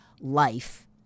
life